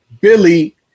Billy